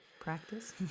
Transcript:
practice